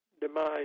demise